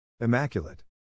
Immaculate